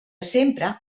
sempre